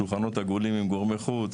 שולחנות עגולים עם גורמי חוץ,